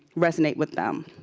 resonate with them.